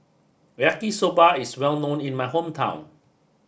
Yaki Soba is well known in my hometown